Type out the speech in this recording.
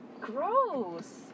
Gross